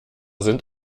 sind